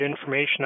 information